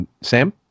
Sam